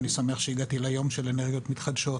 אני שמח שהגעתי ליום של אנרגיות מתחדשות,